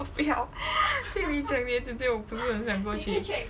我不要听你讲你的姐姐我不是很想过去